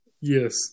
yes